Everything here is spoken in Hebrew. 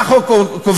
מה החוק קובע?